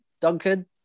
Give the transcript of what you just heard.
Duncan